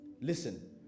listen